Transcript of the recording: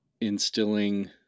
instilling